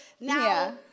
Now